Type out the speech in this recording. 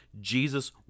Jesus